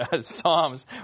Psalms